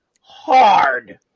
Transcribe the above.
Hard